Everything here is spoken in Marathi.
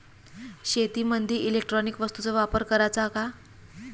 शेतीमंदी इलेक्ट्रॉनिक वस्तूचा वापर कराचा का?